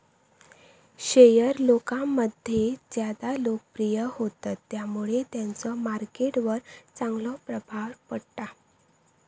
share लोकांमध्ये ज्यादा लोकप्रिय होतत त्यामुळे त्यांचो मार्केट वर चांगलो प्रभाव पडता